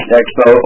expo